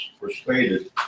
persuaded